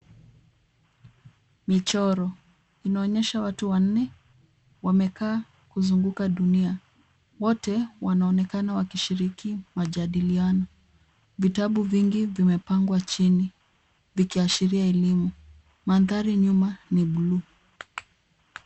Michoro inaonyesha watu wanne wamekaa kuzunguka dunia. Wote wanaonekana wakishiriki majadiliano. Vitabu vingi vimepangwa chini vikiashiria elimu. Mandhari nyuma ni bluu.